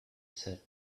said